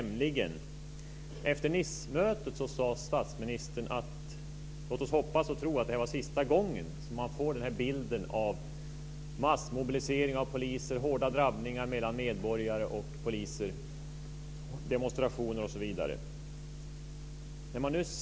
Efter Nicemötet sade statsministern: Låt oss hoppas och tro att det är sista gången som man får bilden av massmobilisering av poliser, hårda drabbningar mellan medborgare och poliser, demonstrationer osv.